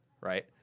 right